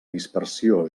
dispersió